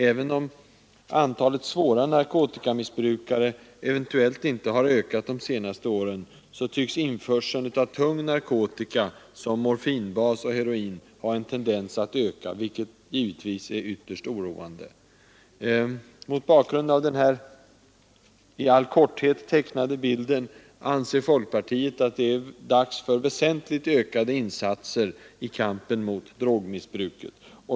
Även om antalet svåra narkotikamissbrukare eventuellt inte har ökat de senaste åren tycks införseln av tunga narkotika såsom morfinbas och heroin ha en tendens att öka, vilket givetvis är ytterst oroande. Mot bakgrund av den här i all korthet tecknade bilden anser folkpartiet att det är dags för väsentligt ökade insatser i kampen mot drogmissbruket.